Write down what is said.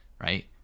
right